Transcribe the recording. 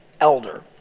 elder